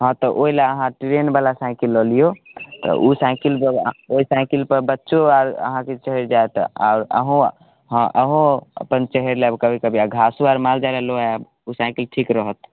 हँ तऽ ओहि लेल अहाँ टिरेनवला साइकिल लऽ लियौ तऽ ओ साइकिल ओहि साइकिलपर बच्चो अहाँके चढ़ि जायत आओर अहूँ हँ अहूँ अपन चढ़ि लेब कभी कभी आ घासो माल जाल लेल लऽ आयब ओ साइकिल ठीक रहत